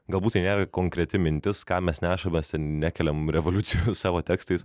galbūt tai nėra konkreti mintis ką mes nešam bet nekeliam revoliucijų savo tekstais